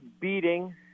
beating